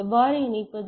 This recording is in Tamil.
எவ்வாறு இணைப்பது